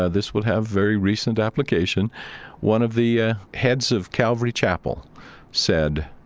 ah this will have very recent application one of the ah heads of calvary chapel said,